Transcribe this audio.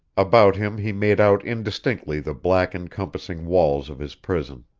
about him he made out indistinctly the black encompassing walls of his prison.